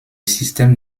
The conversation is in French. système